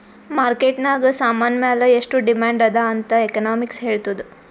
market ನಾಗ್ ಸಾಮಾನ್ ಮ್ಯಾಲ ಎಷ್ಟು ಡಿಮ್ಯಾಂಡ್ ಅದಾ ಅಂತ್ ಎಕನಾಮಿಕ್ಸ್ ಹೆಳ್ತುದ್